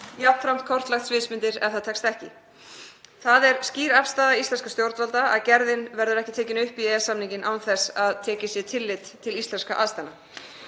jafnframt að kortleggja sviðsmyndir ef það tekst ekki. Það er skýr afstaða íslenskra stjórnvalda að gerðin verður ekki tekin upp í EES-samninginn án þess að tekið sé tillit til íslenskra aðstæðna.